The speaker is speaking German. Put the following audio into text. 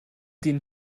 den